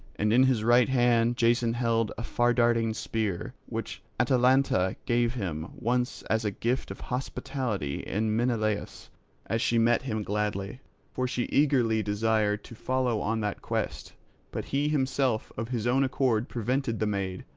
and in his right hand jason held a fardarting spear, which atalanta gave him once as a gift of hospitality in maenalus as she met him gladly for she eagerly desired to follow on that quest but he himself of his own accord prevented the maid,